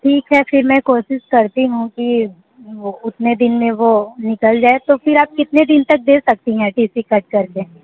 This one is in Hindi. ठीक है फिर मैं कोशिश करती हूँ कि वो उतने दिन में वो निकल जाए तो फिर आप कितने दिन तक दे सकती हैं टी सी कट करके